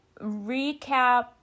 recap